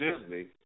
Disney